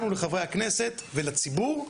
לנו לחברי הכנסת ולציבור,